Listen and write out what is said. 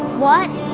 what?